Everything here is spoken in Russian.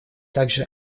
также